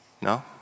No